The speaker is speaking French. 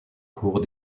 cours